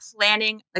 planning